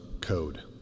code